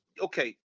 okay